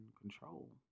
control